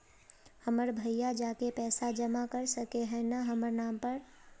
हमर भैया जाके पैसा जमा कर सके है न हमर नाम पर?